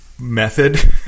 Method